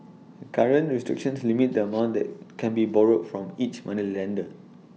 current restrictions limit the amount that can be borrowed from each moneylender